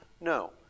No